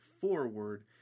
forward